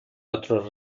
otro